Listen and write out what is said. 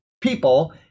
people